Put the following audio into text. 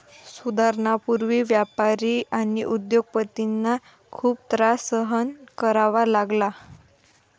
सुधारणांपूर्वी व्यापारी आणि उद्योग पतींना खूप त्रास सहन करावा लागला